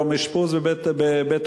יום אשפוז בבית-חולים?